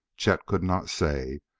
chet could not say.